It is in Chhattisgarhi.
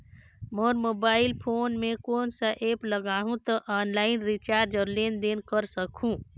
मोर मोबाइल फोन मे कोन सा एप्प लगा हूं तो ऑनलाइन रिचार्ज और लेन देन कर सकत हू?